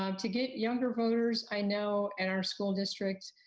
um to get younger voters, i know in our school districts,